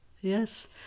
Yes